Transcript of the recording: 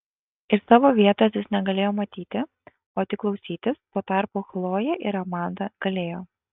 iš savo vietos jis negalėjo matyti o tik klausytis tuo tarpu chlojė ir amanda galėjo